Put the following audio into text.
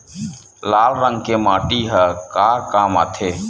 लाल रंग के माटी ह का काम आथे?